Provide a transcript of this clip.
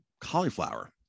cauliflower